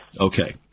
Okay